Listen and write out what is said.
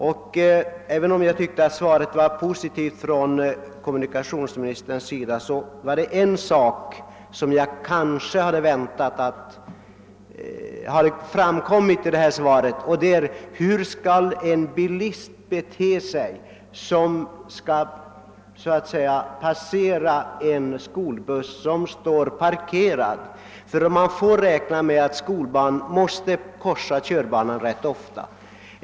Och även om jag tyckte att kommunikationsministerns svar var positivt så hade jag kanske väntat mig att det i svaret skulle ha givits någon anvisning om hur en bilist skall bete sig när han skall passera en skolbuss som står parkerad. Man får ju räkna med att skolbarn måste passera körbanan rätt ofta.